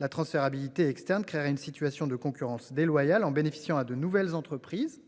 La transférabilité externe créerait une situation de concurrence déloyale en bénéficiant à de nouvelles entreprises